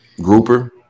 grouper